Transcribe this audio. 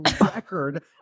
record